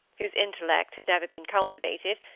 whose intellect had never been cultivated,